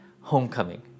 Homecoming